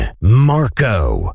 Marco